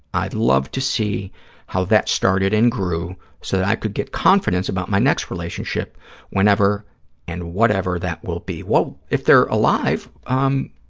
i'd love to see how that started and grew so that i could get confidence about my next relationship whenever and whatever that will be. well, if they're alive, um